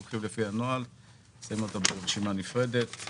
ההורים מגישים תלונה במשטרה על כך שנציגי מסיון ניסו לפתות את הבת שלהם